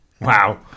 Wow